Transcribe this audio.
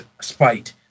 Spite